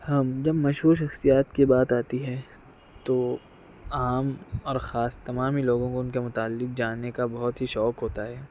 ہم جب مشہور شخصیات کی بات آتی ہے تو عام اور خاص تمامی لوگوں کو ان کے متعلق جاننے کا بہت ہی شوق ہوتا ہے